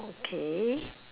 okay